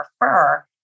prefer